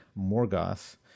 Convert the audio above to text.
Morgoth